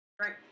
Right